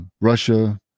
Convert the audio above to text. Russia